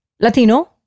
Latino